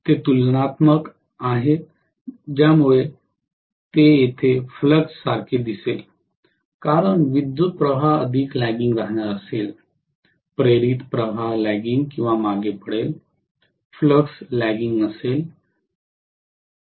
ते तुलनात्मक आहेत ज्यामुळे ते येथे फ्लक्स सारखे दिसेल कारण विद्युत् प्रवाह अधिक लग्गिंग राहणार असेल प्रेरित प्रवाह लग्गिंग किंवा मागे पडेल फ्लक्स लग्गिंग असेल